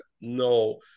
No